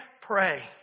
pray